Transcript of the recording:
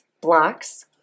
blocks